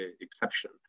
exception